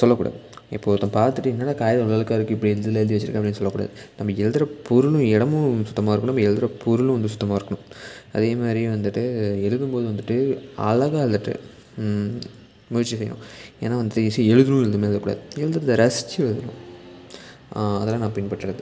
சொல்லக்கூடாது இப்போ ஒருத்தவங்க பார்த்துட்டு என்னடா காகிதம் இவ்வளோ அழுக்கா இருக்கு இப்படி இதில் எழுதி வச்சுருக்க அப்படின்னு சொல்லக்கூடாது நம்ப எழுதுற பொருளும் இடமும் சுத்தமாக இருக்கணும் எழுதுற பொருளும் வந்து சுத்தமாக இருக்கணும் அதே மாதிரி வந்துவிட்டு எழுதும்போது வந்துவிட்டு அழகா எழுதுட்டு முயற்சி செய்யணும் ஏன்னா வந்துவிட்டு சரி எழுதணும் இந்தமாரி எழுதக்கூடாது எழுதுறத ரசிச்சு எழுதணும் அதெல்லாம் நான் பின்பற்றுறது